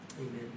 Amen